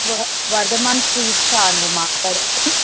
వర్ధమాన్ సీడ్సా అండి మాట్లాడేది